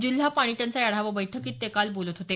जिल्हा पाणी टंचाई आढावा बैठकीत ते काल बोलत होते